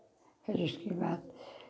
फिर उसके बाद